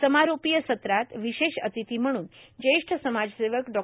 समारोपीय सत्रात विशेष अतिथी म्हणून ज्येष्ठ समाजसेवक डॉ